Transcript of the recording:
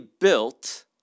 built